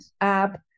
app